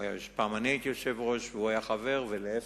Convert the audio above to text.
פעם אני הייתי יושב-ראש והוא היה חבר, ולהיפך.